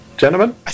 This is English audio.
Gentlemen